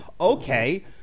okay